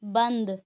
بند